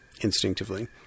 instinctively